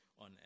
on